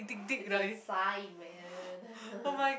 it's a sign man